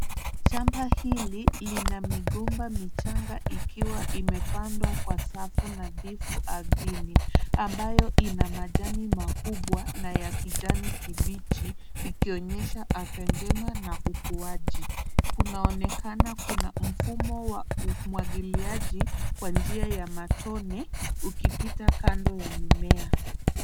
Shamba hili lina migomba michanga ikiwa imepandwa kwa safu na dhifu ardhini, ambayo ina majani makubwa na ya kijani kibichi, ikionyesha afya njema na ukuaji. Kunaonekana kuna mfumo wa umwagiliaji kwa njia ya matone, ukipita kando ya mimea.